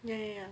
ya ya ya